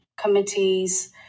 committees